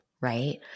right